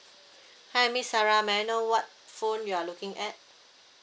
hi miss sarah may I know what phone you are looking at